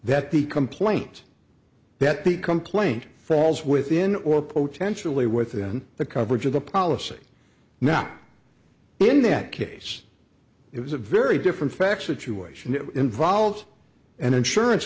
the complaint that the complaint falls within or potentially within the coverage of the policy now in that case it was a very different facts that you ation it involves an insurance